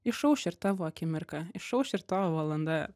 išauš ir tavo akimirka išauš ir tavo valanda